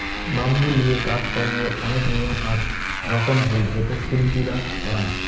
bamboo লিয়ে কাজ করঙ্গের অনেক নিয়ম আর রকম হই যেটো শিল্পীরা করাং